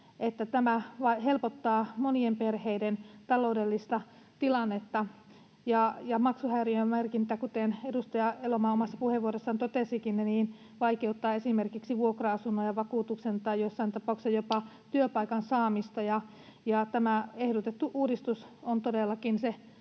tämä helpottaa monien perheiden taloudellista tilannetta. Maksuhäiriömerkintä, kuten edustaja Elomaa omassa puheenvuorossaan totesikin, vaikeuttaa esimerkiksi vuokra-asunnon ja vakuutuksen tai joissain tapauksissa jopa työpaikan saamista. Tämä ehdotettu uudistus on todellakin